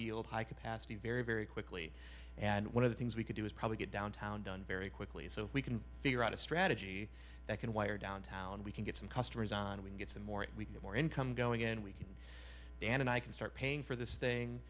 yield high capacity very very quickly and one of the things we can do is probably get downtown done very quickly so we can figure out a strategy that can wire downtown we can get some customers on we get some more we get more income going and we can and i can start paying for this thing